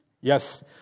Yes